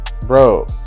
Bro